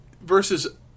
versus